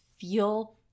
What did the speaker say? feel